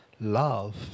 love